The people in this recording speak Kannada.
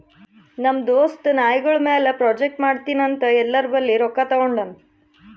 ನಮ್ ದೋಸ್ತ ನಾಯ್ಗೊಳ್ ಮ್ಯಾಲ ಪ್ರಾಜೆಕ್ಟ್ ಮಾಡ್ತೀನಿ ಅಂತ್ ಎಲ್ಲೋರ್ ಬಲ್ಲಿ ರೊಕ್ಕಾ ತಗೊಂಡಾನ್